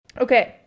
Okay